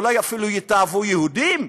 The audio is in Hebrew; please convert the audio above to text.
אולי אפילו יתעבו יהודים?